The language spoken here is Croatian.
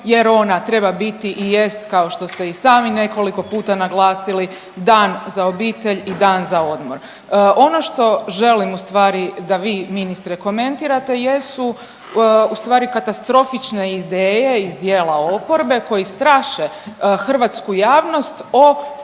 jer ona treba biti i jest kao što ste i sami nekoliko puta naglasili dan za obitelj i dan za odmor. Ono što želim ustvari da vi ministre komentirate jesu ustvari katastrofične ideje iz dijela oporbe koji straše hrvatsku javnost o